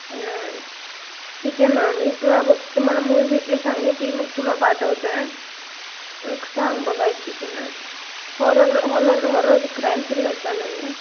हां ठीक आहे मग मी तुला बघते माला मूवी भेटली चांगली की मग तुला पाठवते मग सांग बघायची की नाही horror horror horror crime thriller चालेल ना